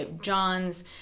Johns